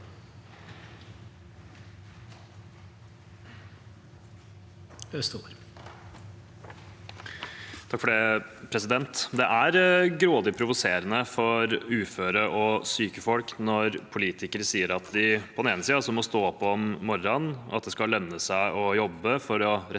(komite- ens leder): Det er grådig provoserende for uføre og syke folk når politikere sier at de på den ene siden må stå opp om morgenen, og at det skal lønne seg å jobbe for å rettferdiggjøre